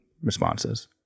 responses